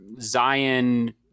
Zion